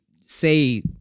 say